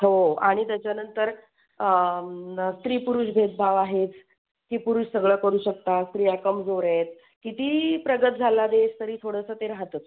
हो आणि त्याच्यानंतर स्त्री पुरुष भेदभाव आहेच की पुरुष सगळं करू शकतात स्त्रिया कमजोर आहेत कितीही प्रगत झाला देश तरी थोडंसं ते राहतंच